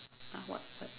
!huh! what what